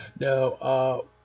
No